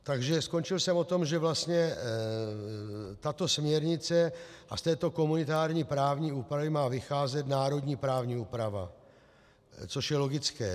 Takže skončil jsem o tom, že tato směrnice, a z této komunitární právní úpravy má vycházet národní právní úprava, což je logické.